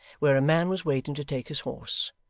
where a man was waiting to take his horse,